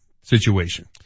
situation